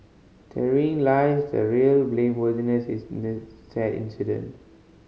therein lies the real blameworthiness in this sad incident